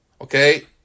Okay